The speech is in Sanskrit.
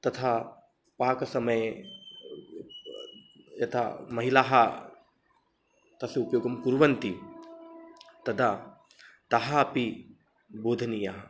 तथा पाकसमये यथा महिलाः तस्य उपयोगं कुर्वन्ति तदा ताः अपि बोधनीयाः